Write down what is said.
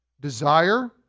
Desire